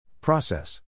Process